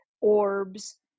orbs